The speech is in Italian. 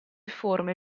forme